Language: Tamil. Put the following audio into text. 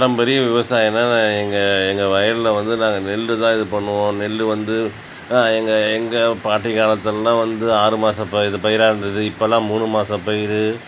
பாரம்பரிய விவசாயனால் நான் எங்கள் எங்கள் வயலில் வந்து நாங்கள் நெல்தான் இது பண்ணுவோம் நெல் வந்து எங்கள் எங்கள் பாட்டி காலத்தில் வந்து ஆறு ஆறு மாசம் ப பயிராக இருந்தது இப்போ மூணு மாதம் பயிர்